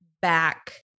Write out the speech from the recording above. back